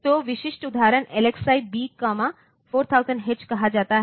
तो विशिष्ट उदाहरण LXI B 4000h कहा जाता है